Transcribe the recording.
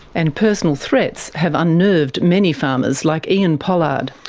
and personal threats have unnerved many farmers, like ean pollard.